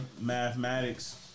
mathematics